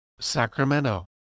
Sacramento